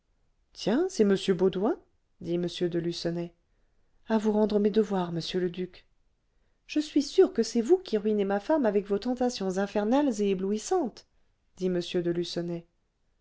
tiens c'est m baudoin dit m de lucenay à vous rendre mes devoirs monsieur le duc je suis sûr que c'est vous qui ruinez ma femme avec vos tentations infernales et éblouissantes dit